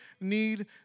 need